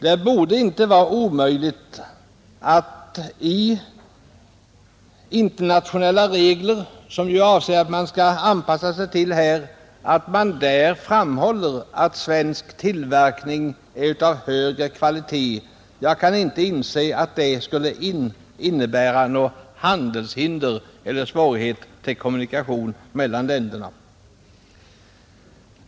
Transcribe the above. Det borde inte vara omöjligt att man i de internationella reglerna, som det ju är avsikten att vi nu skall anpassa oss till, kunde ange att vissa svenska produkter är av högre kvalitet. Jag kan inte inse att det skulle innebära något handelshinder eller svårigheter i fråga om kommunikationerna mellan länderna.